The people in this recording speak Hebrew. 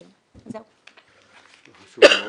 בסמינרים, אגב, הנתונים מאוד קשים,